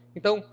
Então